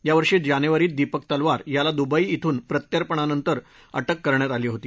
यावर्षी जानेवारीत दीपक तलवार याला दुबई इथून प्रत्यर्पणानंतर अटक करण्यात आली होती